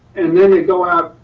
and then they go out,